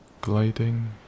gliding